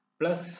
plus